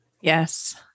Yes